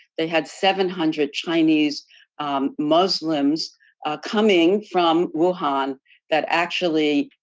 they had seven hundred chinese muslims coming from wuhan that actually,